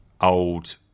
old